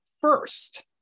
first